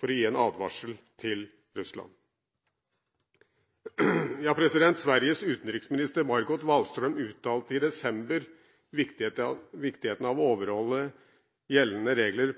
for å gi Russland en advarsel. Sveriges utenriksminister, Margot Wallström, uttalte i desember følgende om viktigheten av å overholde gjeldende regler: